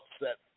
upset